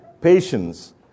patience